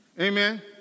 Amen